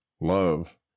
love